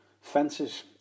fences